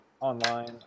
online